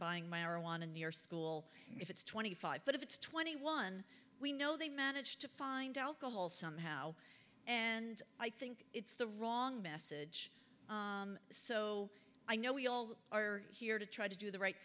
buying marijuana near school if it's twenty five but if it's twenty one we know they managed to find out the whole somehow and i think it's the wrong message so i know we all are here to try to do the right